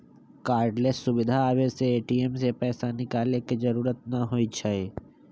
cardless सुविधा आबे से ए.टी.एम से पैसा निकाले के जरूरत न होई छई